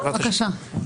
בבקשה.